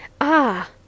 Ah